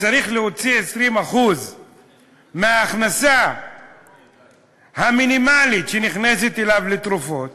שצריך להוציא 20% מההכנסה המינימלית שנכנסת אליו לתרופות,